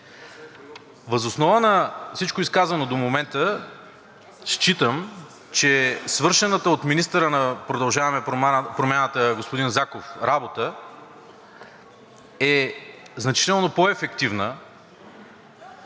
Въз основа на всичко изказано до момента, считам, че свършената от министъра на „Продължаваме Промяната“ господин Заков работа е значително по-ефективна